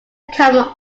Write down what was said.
common